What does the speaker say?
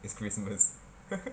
it's christmas